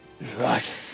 right